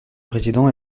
président